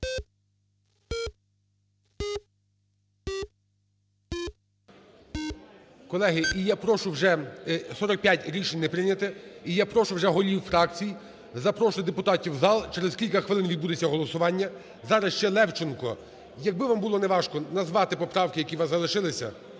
Колеги, і я прошу вже… 45, рішення не прийнято. І я прошу вже голів фракцій запрошувати депутатів в зал, через кілька хвилин відбудеться голосування. Зараз ще Левченко. Якби вам було неважко назвати поправки, які у вас залишилися.